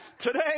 Today